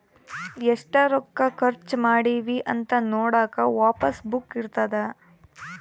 ಎಷ್ಟ ರೊಕ್ಕ ಖರ್ಚ ಮಾಡಿವಿ ಅಂತ ನೋಡಕ ಪಾಸ್ ಬುಕ್ ಇರ್ತದ